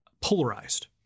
polarized